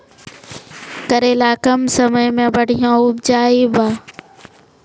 करेला कम समय मे बढ़िया उपजाई बा?